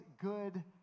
good